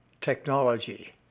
technology